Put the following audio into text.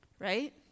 Right